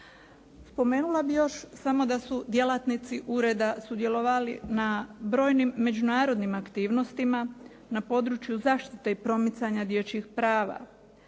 Spomenula bih još samo da su djelatnici ureda sudjelovali na brojnim međunarodnim aktivnostima, na području zaštite i promicanja dječjih prava.